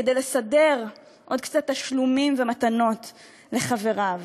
כדי לסדר עוד קצת תשלומים ומתנות לחבריו.